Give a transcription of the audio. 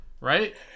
Right